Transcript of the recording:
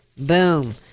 Boom